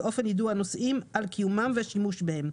ואופן יידוע הנוסעים על קיומם והשימוש בהם.